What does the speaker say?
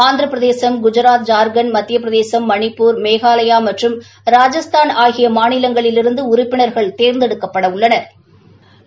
ஆந்திரபிரதேசம் குஜாத் ஜார்க்கண்ட் மத்திய பிரதேஷ் மணிப்பூர் மேனலயா மற்றம் ராஜஸ்தான் ஆகிய மாநிலங்களிலிருந்து உறுப்பினா்கள் தோ்ந்தெடுக்கப்பட உள்ளனா்